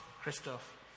Christoph